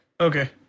Okay